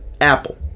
Apple